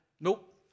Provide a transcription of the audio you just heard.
nope